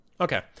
Okay